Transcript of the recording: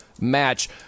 match